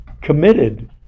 committed